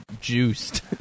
juiced